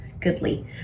goodly